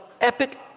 epic